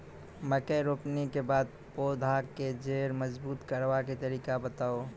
मकय रोपनी के बाद पौधाक जैर मजबूत करबा के तरीका बताऊ?